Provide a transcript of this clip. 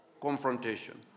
confrontation